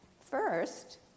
First